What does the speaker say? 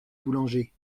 boulanger